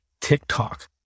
TikTok